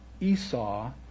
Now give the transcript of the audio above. Esau